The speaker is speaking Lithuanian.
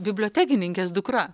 bibliotekininkės dukra